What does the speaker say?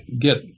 get